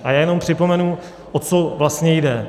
A já jenom připomenu, o co vlastně jde.